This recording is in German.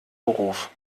beruf